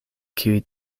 kiuj